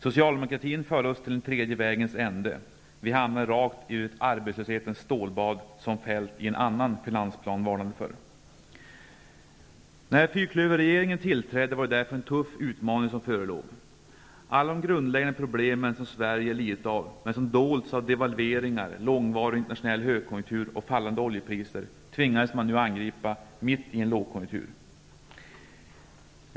Socialdemokratin förde oss till den tredje vägens ände. Vi hamnade rakt i det arbetslöshetens stålbad som Feldt i en annan finansplan varnade för. När fyrklöverregeringen tillträdde var det därför en tuff utmaning som förelåg. Alla de grundläggande problem som Sverige lidit av, men som dolts av devalveringar, långvarig internationell högkonjunktur och fallande oljepriser, tvingades man nu angripa mitt i en lågkonjunktur.